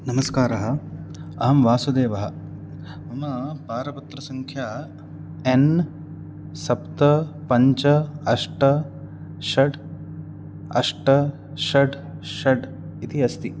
नमस्कारः अहं वासुदेवः मम पारपत्रसङ्ख्या एन् सप्त पञ्च अष्ट षट् अष्ट षट् षट् इति अस्ति